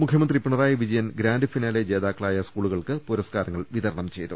മുഖ്യമന്ത്രി Pinarayi Vijayan grand finale ജേതാക്കളായ സ്കൂളുകൾക്ക് പുരസ്കാരങ്ങൾ വിതരണം ചെയ്തു